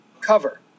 cover